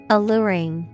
Alluring